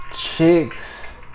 Chicks